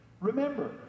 Remember